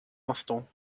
instants